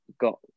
got